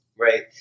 Right